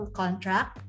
contract